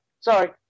sorry